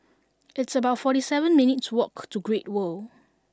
it's about forty seven minutes' walk to Great World